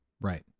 Right